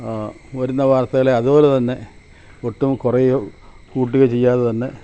വരുന്ന വാർത്തകളെ അത്പോലെ തന്നെ ഒട്ടും കുറയുകയോ കൂട്ടുകയോ ചെയ്യാതെ തന്നെ